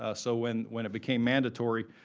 ah so when when it became mandatory,